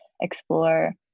explore